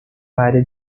área